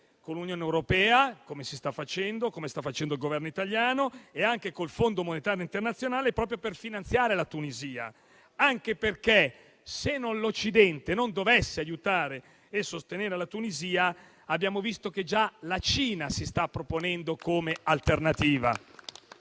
con l'Unione europea, come sta facendo il Governo italiano, e anche col Fondo monetario internazionale proprio per finanziare la Tunisia, anche perché se l'Occidente non dovesse aiutare e sostenere la Tunisia, abbiamo visto che già la Cina si sta proponendo come alternativa